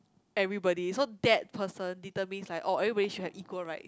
everybody so that person determine like oh everybody should have equal right